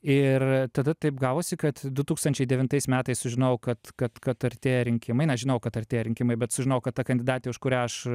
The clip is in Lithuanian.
ir tada taip gavosi kad du tūkstančiai devintais metais sužinojau kad kad kad artėja rinkimai na žinojau kad artėja rinkimai bet sužinojau kad ta kandidatė už kurią aš